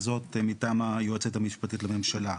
וזאת מטעם היועצת המשפטית לממשלה.